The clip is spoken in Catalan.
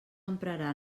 emprarà